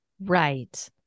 Right